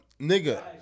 nigga